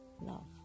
love